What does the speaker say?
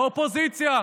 האופוזיציה,